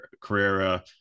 Carrera